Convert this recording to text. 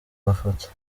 mafoto